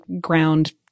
ground